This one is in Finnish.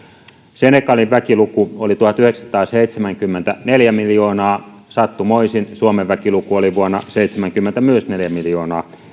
senegalin väkiluku tuhatyhdeksänsataaseitsemänkymmentä oli neljä miljoonaa ja sattumoisin suomen väkiluku oli vuonna tuhatyhdeksänsataaseitsemänkymmentä myös neljä miljoonaa